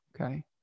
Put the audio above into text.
Okay